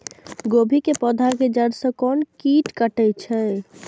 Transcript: गोभी के पोधा के जड़ से कोन कीट कटे छे?